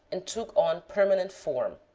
and took on permanent form.